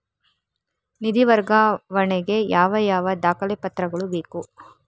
ನಿಧಿ ವರ್ಗಾವಣೆ ಗೆ ಯಾವ ಯಾವ ದಾಖಲೆ ಪತ್ರಗಳು ಬೇಕು?